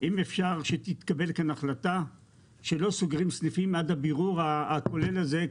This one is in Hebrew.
אם אפשר שתתקבל כאן החלטה שלא סוגרים סניפים עד הבירור הכולל הזה.